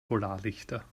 polarlichter